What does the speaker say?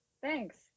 Thanks